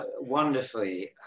Wonderfully